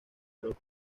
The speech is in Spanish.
orozco